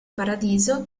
paradiso